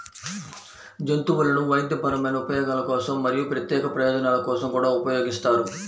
జంతువులను వైద్యపరమైన ఉపయోగాల కోసం మరియు ప్రత్యేక ప్రయోజనాల కోసం కూడా ఉపయోగిస్తారు